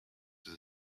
the